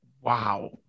Wow